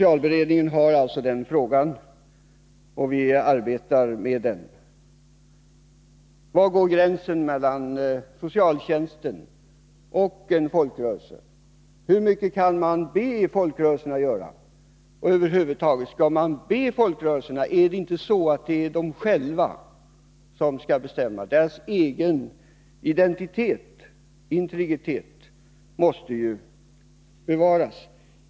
Andra frågor som måste ställas är: Var går gränsen mellan socialtjänsten och folkrörelserna? Hur mycket kan man be folkrörelserna göra? Skall man över huvud taget be dem göra någonting? Är det inte så att de själva skall bestämma? Deras egen identitet och integritet måste ju bevaras.